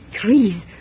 trees